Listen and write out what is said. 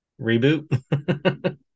Reboot